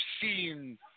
seen